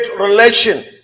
relation